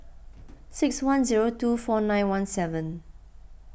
six one zero two four nine one seven